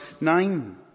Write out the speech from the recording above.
nine